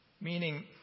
Meaning